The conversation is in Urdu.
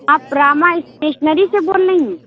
آپ راما اسٹیشنری سے بول رہی ہیں